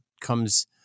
comes